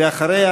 ואחריה,